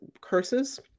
curses